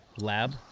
lab